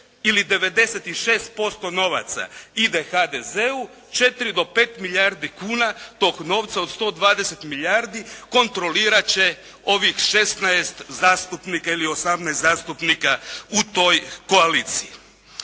ili 96% novaca ide HDZ-u, 4 do 5 milijardi kuna tog novca od 120 milijardi kontrolirat će ovih 16 zastupnika, ili 18 zastupnika u toj koaliciji.